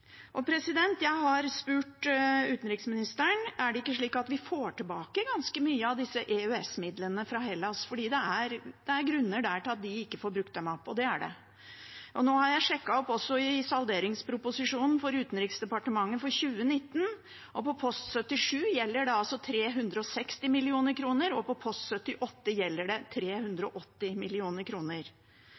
Jeg har spurt utenriksministeren: Er det ikke slik at vi får tilbake ganske mye av disse EØS-midlene fra Hellas, fordi det er grunner til at de ikke får brukt dem opp? Det er det. Nå har jeg også sjekket salderingsproposisjonen for Utenriksdepartementet for 2019. På post 77 gjelder det 360 mill. kr, og på post 78 gjelder det 380